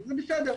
זה בסדר.